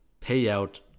payout